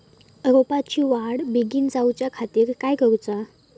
रोपाची वाढ बिगीन जाऊच्या खातीर काय करुचा?